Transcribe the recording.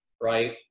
right